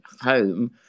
home